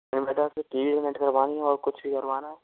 inverter से TV connect करवाएंगे और कुछ भी करवाना है